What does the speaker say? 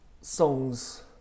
songs